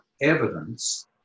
evidence